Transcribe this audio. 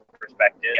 perspective